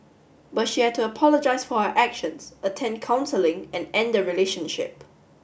but she had to apologize for her actions attend counselling and end the relationship